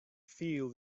feel